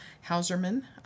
Hauserman